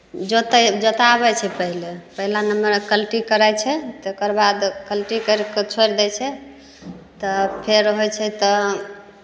जोतै जोताबै छै पैहले पैहला नम्बर कलटी करै छै तकर बाद कलटी कैरि कऽ छोरि दै छै तऽ फेर होइ छै तऽ